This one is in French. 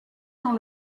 dans